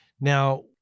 Now